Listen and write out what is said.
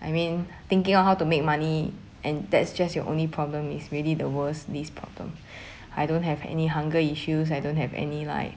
I mean thinking on how to make money and that's just your only problem is really the worst this problem I don't have any hunger issues I don't have any like